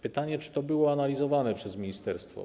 Pytanie: Czy to było analizowane przez ministerstwo?